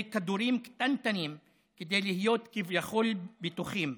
כדורים קטנטנים כדי להיות כביכול בטוחים.